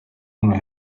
woman